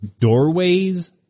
doorways